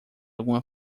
alguma